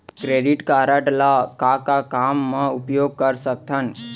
Credit card ला का का मा उपयोग कर सकथन?